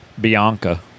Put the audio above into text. bianca